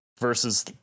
versus